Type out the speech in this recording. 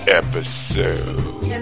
episode